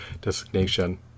designation